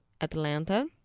Atlanta